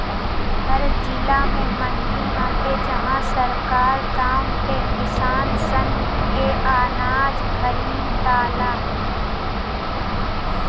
हर जिला में मंडी बाटे जहां सरकारी दाम पे किसान सन के अनाज खरीदाला